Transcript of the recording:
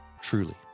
truly